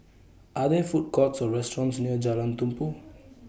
Are There Food Courts Or restaurants near Jalan Tumpu